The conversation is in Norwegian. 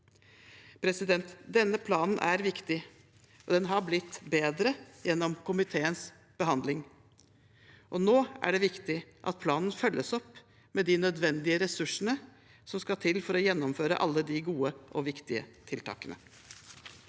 barnevernet. Denne planen er viktig, og den har blitt bedre gjennom komiteens behandling. Nå er det viktig at planen følges opp med de nødvendige ressursene som skal til for å gjennomføre alle de gode og viktige tiltakene.